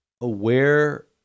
aware